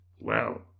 Well